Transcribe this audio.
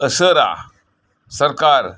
ᱩᱫᱩᱜ ᱥᱚᱨᱠᱟᱨ